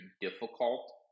difficult